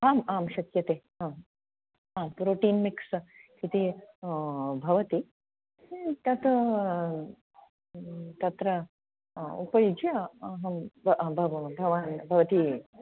आम् आं शक्यते आम् आ प्रोटिन् मिक्स् इति भवति तत् तत्र उपयुज्य अहं भवान् भवती